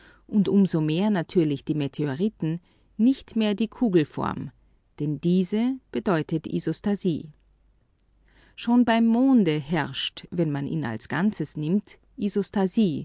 und um so mehr natürlich die meteoriten nicht mehr die kugelform denn diese bedeutet isostasie beim monde herrscht wenn man ihn als ganzes nimmt